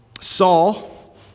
Saul